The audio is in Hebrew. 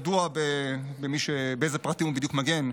שידוע על איזה פרטים הוא בדיוק מגן,